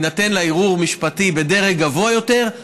יתאפשר ערעור משפטי בדרג גבוה יותר,